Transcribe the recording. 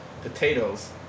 potatoes